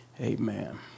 Amen